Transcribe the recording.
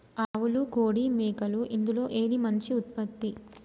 ఆవులు కోడి మేకలు ఇందులో ఏది మంచి ఉత్పత్తి?